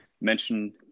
mention